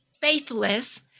Faithless